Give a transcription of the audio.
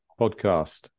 Podcast